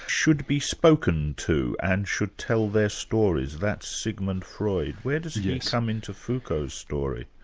should be spoken to, and should tell their stories. that's sigmund freud, where does he come into foucault's story?